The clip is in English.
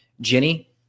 Jenny